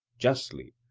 justly,